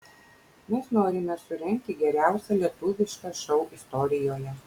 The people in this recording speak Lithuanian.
mes norime surengti geriausią lietuvišką šou istorijoje